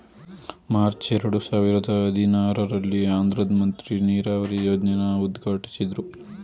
March ಎರಡು ಸಾವಿರದ ಹದಿನಾರಲ್ಲಿ ಆಂಧ್ರದ್ ಮಂತ್ರಿ ನೀರಾವರಿ ಯೋಜ್ನೆನ ಉದ್ಘಾಟ್ಟಿಸಿದ್ರು